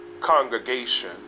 congregation